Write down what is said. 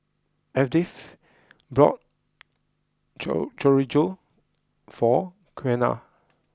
Edyth bought chor Chorizo for Qiana